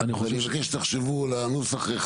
אני מבקש שתחשבו על הנוסח.